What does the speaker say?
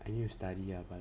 I need to study lah but